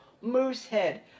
Moosehead